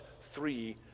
three